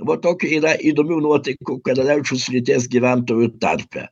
va tokių yra įdomių nuotaikų karaliaučiaus srities gyventojų tarpe